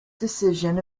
decision